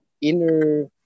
inner